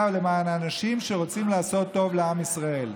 למען אנשים שרוצים לעשות טוב לעם ישראל.